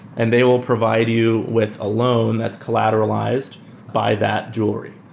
and they will provide you with a loan that's collateralized by that jewelry.